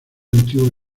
antiguo